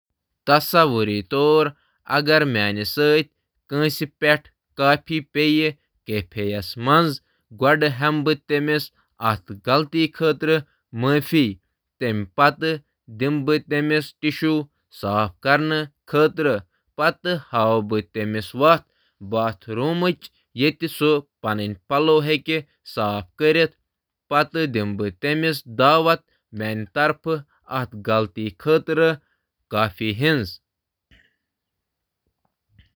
تصور کٔرِو زِ بہٕ چھُس غلطی سان أکِس کیفَس منٛز کٲنٛسہِ پٮ۪ٹھ کافی تراوان۔ بہٕ چھُس/چھَس اعتمادٕ سۭتۍ معذرت کران، تِمَن دِیُت اکھ ٹشو، تہٕ صاف کرنہٕ خٲطرٕ کٔرٕن تِمَن واش رومَس تام راہنمٲیی۔ پتہٕ دِژ بہٕ أمِس لانچ خٲطرٕ دعوت۔